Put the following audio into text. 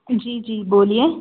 जी जी बोलिए